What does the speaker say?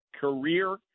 career